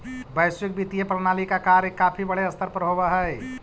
वैश्विक वित्तीय प्रणाली का कार्य काफी बड़े स्तर पर होवअ हई